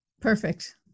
perfect